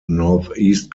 northeast